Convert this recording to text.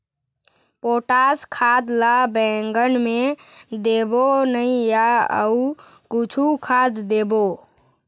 Potash खाद ला बैंगन मे देबो नई या अऊ कुछू खाद देबो?